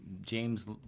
James